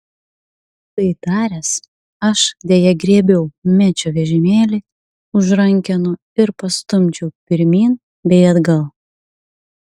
tai taręs aš deja griebiau mečio vežimėlį už rankenų ir pastumdžiau pirmyn bei atgal